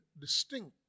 distinct